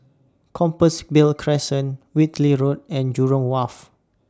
Compassvale Crescent Whitley Road and Jurong Wharf